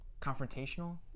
Confrontational